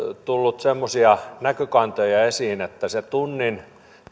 tullut semmoisia näkökantoja esiin että se tunnin